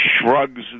shrugs